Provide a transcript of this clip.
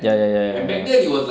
ya ya ya ya ya